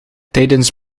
tijdens